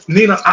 Nina